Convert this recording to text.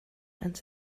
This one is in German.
ans